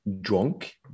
drunk